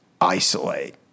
isolate